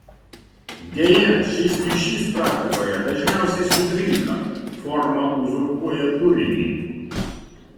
deja šis ryšys praktikoje dažniausiai sutrinka forma uzurpuoja turinį